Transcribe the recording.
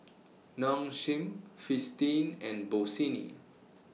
Nong Shim Fristine and Bossini